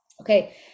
okay